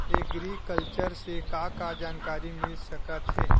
Agriculture से का का जानकारी मिल सकत हे?